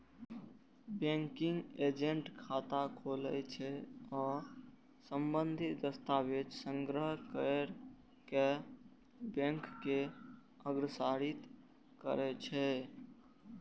banking agent खाता खोलै छै आ संबंधित दस्तावेज संग्रह कैर कें बैंक के अग्रसारित करै छै